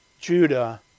Judah